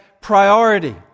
priority